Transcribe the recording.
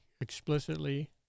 explicitly